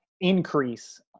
increase